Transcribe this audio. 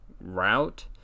route